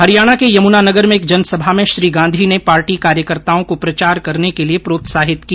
हरियाणा के यमुना नगर में एक जनसभा में श्री गांधी ने पार्टी कार्यकर्ताओं को प्रचार करने के लिए प्रोत्साहित किया